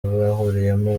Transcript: bahuriyemo